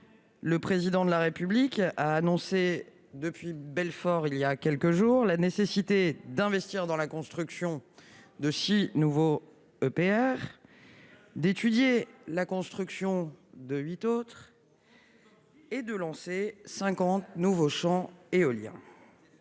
le président de la République a annoncé depuis Belfort, il y a quelques jours, la nécessité d'investir dans la construction de six nouveaux EPR d'étudier la construction de 8 autres et de lancer 50 nouveaux champs éoliens.